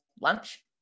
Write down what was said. lunch